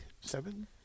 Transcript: seven